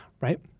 right